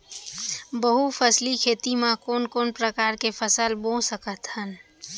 बहुफसली खेती मा कोन कोन प्रकार के फसल बो सकत हन?